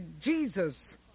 Jesus